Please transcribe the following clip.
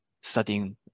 studying